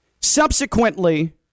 Subsequently